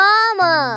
Mama